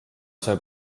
see